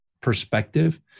perspective